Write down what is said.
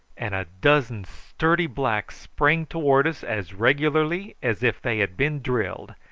and a dozen sturdy blacks sprang towards us as regularly as if they had been drilled,